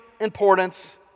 importance